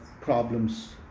problems